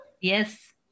Yes